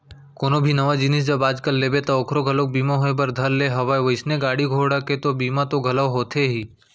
कोनो भी नवा जिनिस जब आज कल लेबे ता ओखरो घलोक बीमा होय बर धर ले हवय वइसने गाड़ी घोड़ा के तो बीमा तो घलौ होथे ही